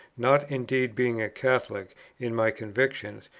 not indeed being a catholic in my convictions,